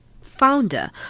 founder